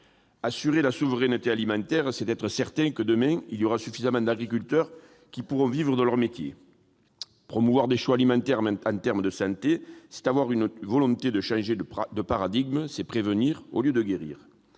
Assurer la souveraineté alimentaire, c'est être certain que demain il y aura suffisamment d'agriculteurs qui pourront vivre de leur métier. Promouvoir des choix alimentaires en termes de santé, c'est avoir une volonté de changer de paradigme, c'est prévenir au lieu de guérir.